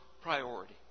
priority